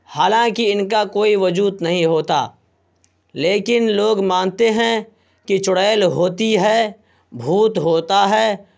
حالانکہ ان کا کوئی وجود نہیں ہوتا لیکن لوگ مانتے ہیں کہ چڑیل ہوتی ہے بھوت ہوتا ہے